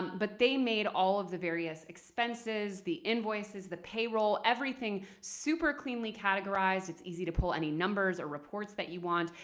but they made all of the various expenses, the invoices, the payroll, everything super cleanly categorized. it's easy to pull any numbers or reports that you want.